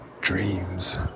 dreams